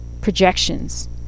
Projections